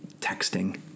texting